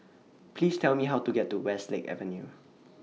Please Tell Me How to get to Westlake Avenue